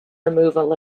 removal